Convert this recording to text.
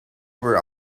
over